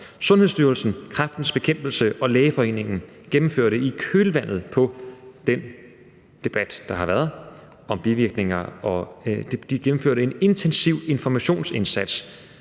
Sundhedsstyrelsen, Kræftens Bekæmpelse og Lægeforeningen gennemførte i kølvandet på den debat, der har været, om bivirkninger en intensiv informationsindsats